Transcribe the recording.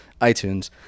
iTunes